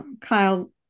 Kyle